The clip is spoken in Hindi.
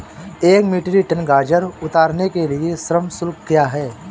एक मीट्रिक टन गाजर उतारने के लिए श्रम शुल्क क्या है?